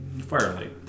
Firelight